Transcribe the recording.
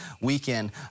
weekend